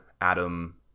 adam